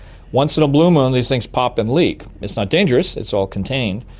once in a blue moon these things pop and leak. it's not dangerous, it's all contained,